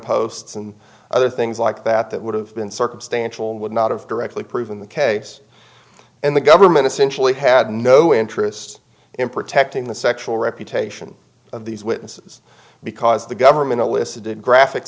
posts and other things like that that would have been circumstantial and would not have directly proven the case and the government essentially had no interest in protecting the sexual reputation of these witnesses because the government elicited graphic